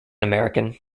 american